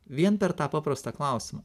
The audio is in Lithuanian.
vien per tą paprastą klausimą